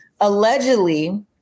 allegedly